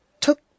took